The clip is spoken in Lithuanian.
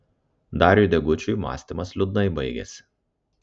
dariui degučiui mąstymas liūdnai baigėsi